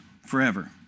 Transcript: forever